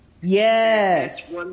Yes